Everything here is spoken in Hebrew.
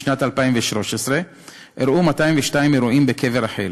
בשנת 2013 אירעו 202 אירועים בקבר רחל,